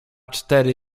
cztery